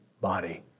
body